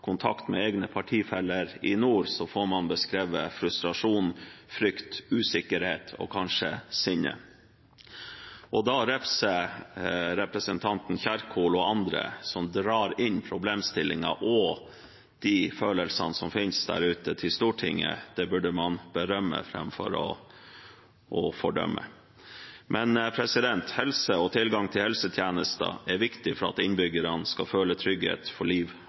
kontakt med egne partifeller i nord, så får man beskrevet frustrasjon, frykt, usikkerhet og kanskje sinne. Og da å refse representanten Kjerkol og andre, som drar inn problemstillinger og de følelsene som finnes der ute, til Stortinget – det burde man berømme framfor å fordømme. Men helse og tilgang til helsetjenester er viktig for at innbyggerne skal føle trygghet for liv